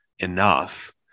Enough